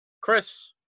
Chris